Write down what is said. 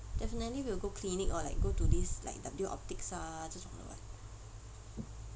definitely will go clinic or like go to these like W optics ah 这种的